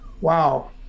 wow